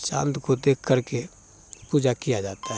चाँद को देखकर के पूजा किया जाता है